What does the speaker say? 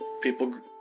people